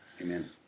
Amen